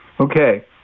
Okay